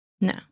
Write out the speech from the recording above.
no